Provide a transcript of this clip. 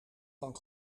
van